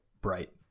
bright